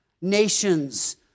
nations